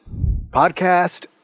podcast